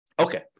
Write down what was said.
Okay